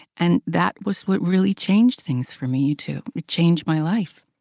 and that was what really changed things for me, you two. it changed my life.